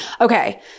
Okay